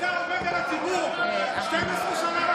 אתה עובד על הציבור, וגם את, קטי.